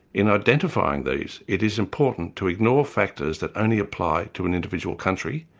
in identifying these, it is important to ignore factors that only apply to an individual country,